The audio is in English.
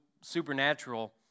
supernatural